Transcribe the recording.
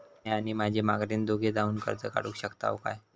म्या आणि माझी माघारीन दोघे जावून कर्ज काढू शकताव काय?